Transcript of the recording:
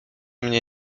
mnie